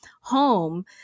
Home